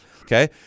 Okay